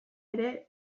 ere